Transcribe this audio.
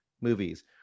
movies